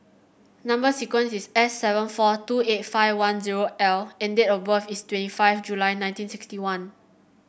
number sequence is S seven four two eight five one zero L and date of birth is twenty five July nineteen sixty one